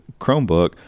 Chromebook